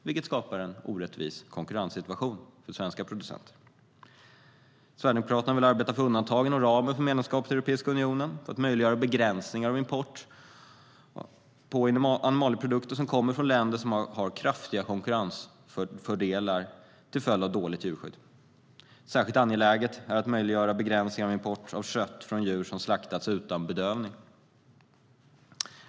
Detta skapar en orättvis konkurrenssituation för svenska producenter. Särskilt angeläget är det att möjliggöra begränsningar av import av kött från djur som slaktats utan bedövning.